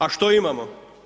A što imamo?